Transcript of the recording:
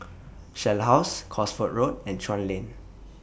Shell House Cosford Road and Chuan Lane